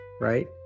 right